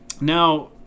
Now